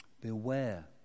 Beware